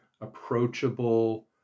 approachable